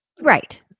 right